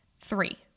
Three